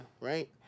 right